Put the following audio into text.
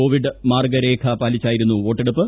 Covid മാർഗ്ഗരേഖ പാലിച്ചായിരുന്നു വോട്ടെടുപ്പ്